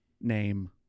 name